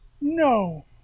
no